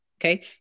Okay